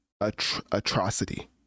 atrocity